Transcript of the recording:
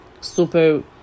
super